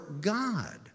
God